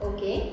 Okay